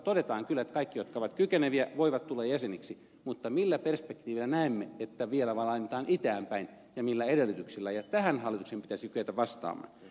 todetaan kyllä että kaikki jotka ovat kykeneviä voivat tulla jäseniksi mutta millä perspektiivillä näemme että vielä vaan laajennetaan itään päin ja millä edellytyksillä tähän hallituksen pitäisi kyetä vastaamaan